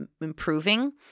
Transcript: improving